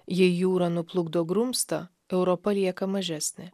jei jūra nuplukdo grumstą europa lieka mažesnė